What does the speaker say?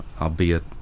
albeit